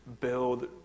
build